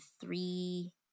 three